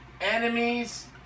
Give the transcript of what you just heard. Enemies